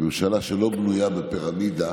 היא ממשלה שלא בנויה בפירמידה